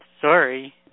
sorry